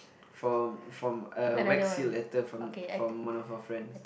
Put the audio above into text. from from a wax seal letter from from one of our friends